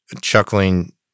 chuckling